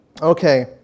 Okay